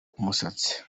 umusatsi